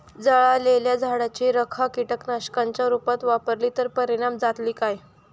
जळालेल्या झाडाची रखा कीटकनाशकांच्या रुपात वापरली तर परिणाम जातली काय?